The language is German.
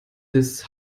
des